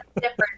different